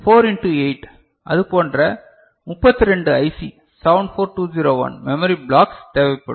எனவே 4 இண்டு 8 அதுபோன்ற 32 IC 74201 memory blocks தேவைப்படும்